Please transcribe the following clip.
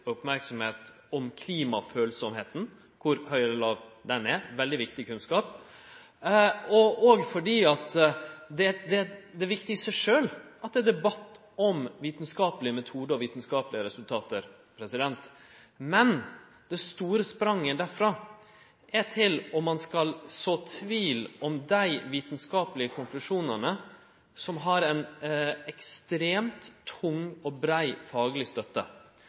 om klimafølsemd og kor høg eller låg ho er – veldig viktig kunnskap. Og òg fordi det er viktig i seg sjølv at det er debatt om vitskapeleg metode og vitskapelege resultat. Men det er eit stort sprang derifrå til å så tvil om dei vitskapelege konklusjonane som har ei ekstremt tung og brei fagleg støtte.